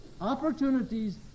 opportunities